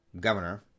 governor